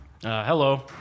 hello